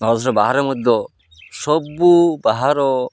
ବାହାରେ ମଧ୍ୟ ସବୁ ବାହାର